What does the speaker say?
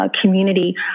community